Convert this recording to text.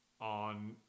on